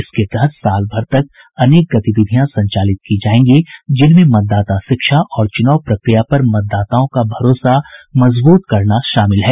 इसके तहत साल भर तक अनेक गतिविधियां संचालित की जायेंगी जिनमें मतदाता शिक्षा और चुनाव प्रक्रिया पर मतदाताओं का भरोसा मजबूत करना शामिल है